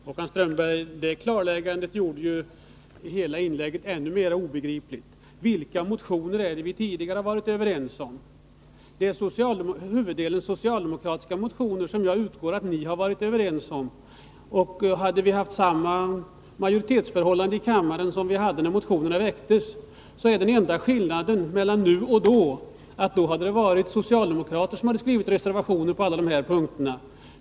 Herr talman! Detta klarläggande gjorde Håkan Strömbergs hela inlägg ännu mer obegripligt. Vilka motioner är det vi tidigare har varit överens om? Huvuddelen består ju av socialdemokratiska motioner, som jag utgår från att ni har varit överens om. Hade det nu rått samma majoritetsförhållande i kammaren som när motionerna väcktes, vore den enda skillnaden mellan nu och då att det då hade varit socialdemokraterna som skrivit reservationerna på alla dessa punkter.